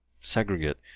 segregate